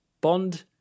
Bond